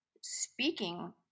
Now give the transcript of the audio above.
speaking